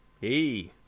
Hey